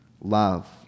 love